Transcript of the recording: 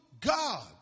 God